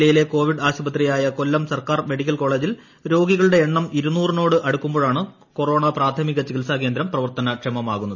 ജില്ലയിലെ കോവിഡ് ആശുപത്രിയായ കൊല്ലം സർക്കാർ മെഡിക്കൽ കോളേജിൽ രോഗികളുടെ എണ്ണം ഇരുന്നൂറിനോട് അടുക്കുമ്പോഴാണ് കോറോണ പ്രാഥമിക ചികിത്സാ കേന്ദ്രം പ്രവർത്തനക്ഷമമാകുന്നത്